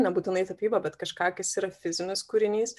nebūtinai tapybą bet kažką kas yra fizinis kūrinys